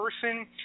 person